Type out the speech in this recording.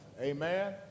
amen